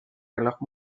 reloj